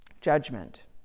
judgment